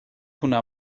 hwnna